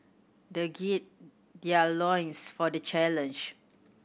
they gird their loins for the challenge